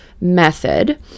method